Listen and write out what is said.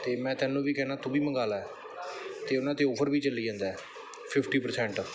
ਅਤੇ ਮੈਂ ਤੈਨੂੰ ਵੀ ਕਹਿੰਦਾ ਤੂੰ ਵੀ ਮੰਗਵਾ ਲੈ ਅਤੇ ਉਹਨਾਂ 'ਤੇ ਆਫ਼ਰ ਵੀ ਚੱਲੀ ਜਾਂਦਾ ਫਿਫਟੀ ਪਰਸੈਂਟ